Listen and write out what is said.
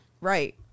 Right